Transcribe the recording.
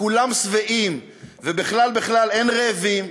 כולם שבעים, ובכלל בכלל אין רעבים,